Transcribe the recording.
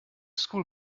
school